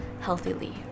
healthily